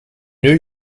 new